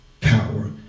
power